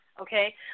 okay